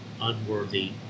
unworthy